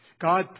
God